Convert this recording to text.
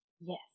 Yes